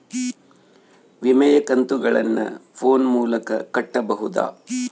ವಿಮೆಯ ಕಂತುಗಳನ್ನ ಫೋನ್ ಮೂಲಕ ಕಟ್ಟಬಹುದಾ?